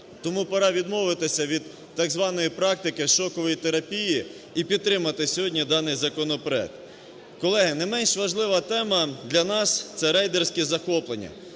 Тому пора відмовитися від так званої практики шокової терапії і підтримати сьогодні даний законопроект. Колеги, не менш важлива тема для нас – це рейдерські захоплення.